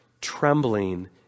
trembling